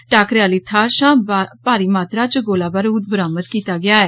टाकरे आह्ली थाह्र शा भारी मात्रा च गोला बरूद जब्त कीती गेई ऐ